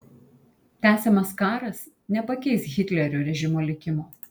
tęsiamas karas nepakeis hitlerio režimo likimo